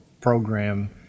program